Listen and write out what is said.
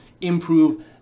improve